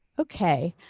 okay,